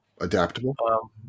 adaptable